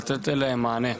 לתת עליהן מענה.